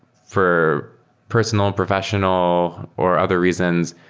for personal and professional or other reasons,